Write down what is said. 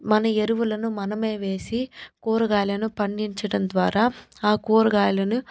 మన ఎరువులను మనమే వేసి కూరగాయలను పండించడం ద్వారా ఆ కూరగాయలను